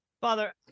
Father